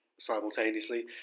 simultaneously